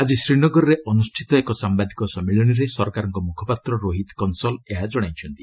ଆଜି ଶ୍ରୀନଗରରେ ଅନୁଷ୍ଠିତ ଏକ ସାମ୍ବାଦିକ ସମ୍ମିଳନୀରେ ସରକାରଙ୍କ ମ୍ରଖପାତ୍ର ରୋହିତ କଂସଲ ଏହା ଜଣାଇଛନ୍ତି